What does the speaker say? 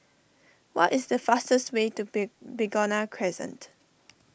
what is the fastest way to Big Begonia Crescent